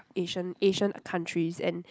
Asian Asian countries and